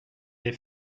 est